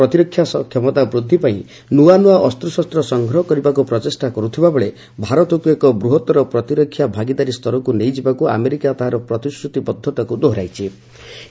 ଭାରତ ଏହାର ପ୍ରତିରକ୍ଷା କ୍ଷମତା ବୃଦ୍ଧି ପାଇଁ ନ୍ତଆନ୍ତଆ ଅସ୍ତ୍ରଶସ୍ତ ସଂଗ୍ରହ କରିବାକୃ ପ୍ରଚେଷ୍ଟା କର୍ତ୍ତବାବେଳେ ଭାରତକୃ ଏକ ବୃହତ୍ତର ପ୍ରତିରକ୍ଷା ଭାଗିଦାରୀ ସ୍ତରକୁ ନେଇଯିବାକୁ ଆମେରିକା ତାହାର ପ୍ରତିଶ୍ରତିବଦ୍ଧତାକୁ ଦୋହରାଇଛି